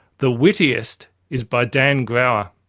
the wittiest is by dan graur.